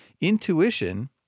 Intuition